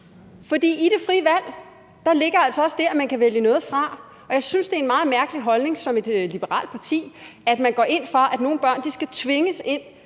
For i det frie valg ligger altså også det, at man kan vælge noget fra, og jeg synes, det er en meget mærkelig holdning at have som et liberalt parti, at man går ind for, at nogle børn skal tvinges ind